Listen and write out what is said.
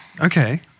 Okay